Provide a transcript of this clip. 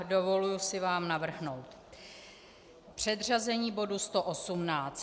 Dovoluji si vám navrhnout předřazení bodu 118.